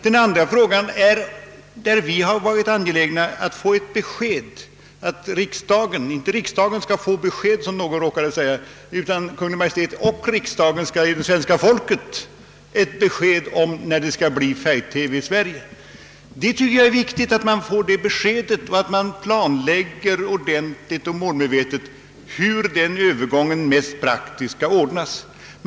Den andra reservationen gäller inte att riksdagen skall få ett besked — så som någon råkade säga — utan att Kungl. Maj:t och riksdagen skall ge svenska folket besked om när det skall införas färg-TV i Sverige. Jag tycker det är viktigt att man lämnar ett sådant besked och att man ordentligt och målmedvetet planlägger hur övergången praktiskt skall ordnas.